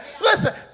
Listen